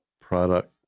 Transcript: product